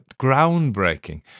groundbreaking